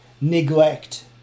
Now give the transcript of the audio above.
neglect